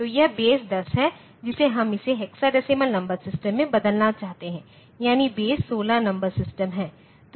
तो यह बेस 10 है जिसे हम इसे हेक्साडेसिमल नंबर सिस्टम में बदलना चाहते हैं यानी बेस 16 नंबर सिस्टम है